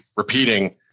repeating